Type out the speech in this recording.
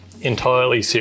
entirely